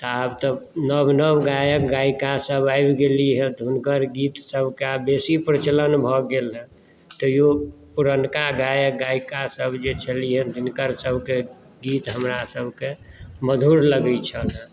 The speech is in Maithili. तऽ आब तऽ नव नव गायक गायिका सब आबि गेलीहॅं तऽ हुनकर गीत सब कऽ बेसी प्रचलन भऽ गेलहॅं तैयो पुरनका गायक गायिका सब जे छलैया हिनकर सबकेँ गीत हमरा सबकेँ मधुर लगै छलए